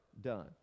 done